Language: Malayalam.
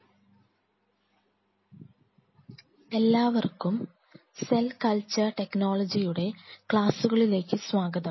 layouts and designs of cell culture facility എല്ലാവർക്കും സെൽ കൾച്ചർ ടെക്നോളജിയുടെ ക്ലാസുകളിലേക്ക് സ്വാഗതം